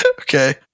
Okay